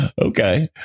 Okay